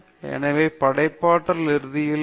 எனவே எனவே படைப்பாற்றல் இறுதியில் படைப்பாற்றல் என்ன